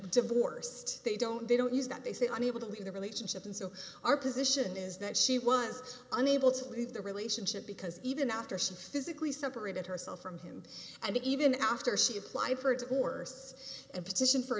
divorced they don't they don't use that they say i'm able to leave the relationship and so our position is that she was unable to leave the relationship because even after some physically separated herself from him and even after see apply for a divorce and petition for a